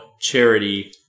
charity